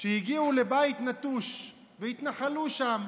שהגיעו לבית נטוש והתנחלו שם,